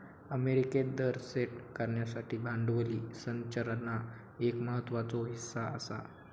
अमेरिकेत दर सेट करण्यासाठी भांडवली संरचना एक महत्त्वाचो हीस्सा आसा